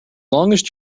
longest